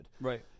Right